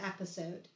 episode